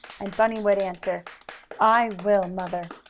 and bunny would answer i will, mother!